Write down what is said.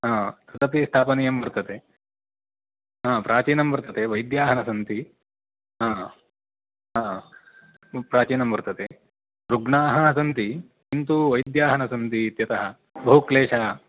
तदपि स्थापनीयं वर्तते प्राचीनं वर्तते वैद्याः न सन्ति हा हा प्राचीनं वर्तते ऋग्णाः सन्ति किन्तु वैद्याः न सन्ति इत्यतः बहु क्लेषः